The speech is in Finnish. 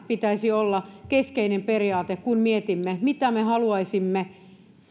pitäisi olla keskeinen periaate kun mietimme mitä me haluaisimme